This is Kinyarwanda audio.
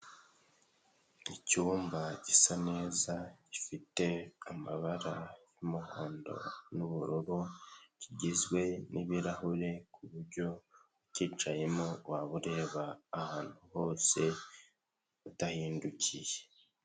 Icyumba gisa neza gifite amabara y'umuhondo n'ubururu kigizwe n'ibirahure, kuburyo ukicayemo waba ureba ahantu hose udahindukiye.